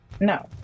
No